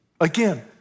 Again